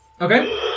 Okay